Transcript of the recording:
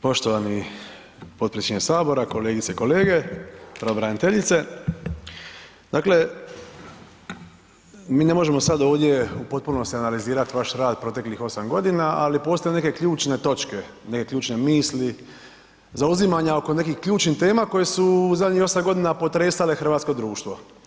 Poštovani potpredsjedniče HS, kolegice i kolege, pravobraniteljice, dakle mi ne možemo sad ovdje u potpunosti analizirat vaš rad proteklih 8.g., ali postoje neke ključne točke, neke ključne misli, zauzimanja oko nekih ključnih tema koje su u zadnjih 8.g. potresale hrvatsko društvo.